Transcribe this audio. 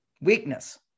Weakness